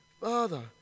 Father